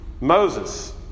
Moses